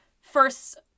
first